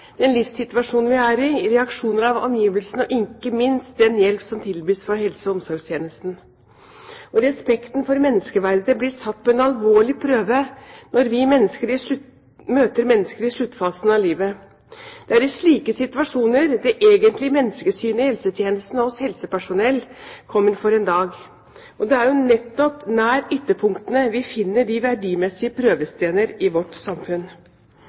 den livssituasjon vi er i, reaksjoner i omgivelsene, og ikke minst den hjelp som tilbys fra helse- og omsorgstjenesten. Respekten for menneskeverdet blir satt på en alvorlig prøve når vi møter mennesker i sluttfasen av livet. Det er i slike situasjoner det egentlige menneskesynet i helsetjenesten og hos helsepersonell kommer for en dag. Det er nettopp nær ytterpunktene vi finner de verdimessige prøvesteiner i vårt samfunn.